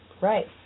right